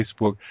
Facebook